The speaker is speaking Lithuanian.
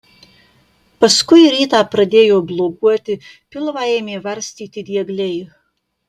paskui rytą pradėjo bloguoti pilvą ėmė varstyti diegliai